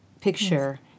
picture